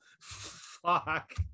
Fuck